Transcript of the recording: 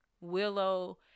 Willow